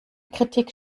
kritik